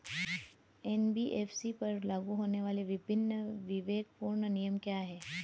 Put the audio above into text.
NBFC पर लागू होने वाले विभिन्न विवेकपूर्ण नियम क्या हैं?